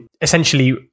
essentially